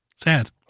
Sad